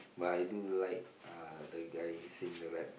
but I do like uh the guy sing the rap